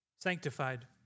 sanctified